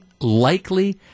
likely